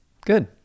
Good